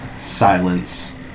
silence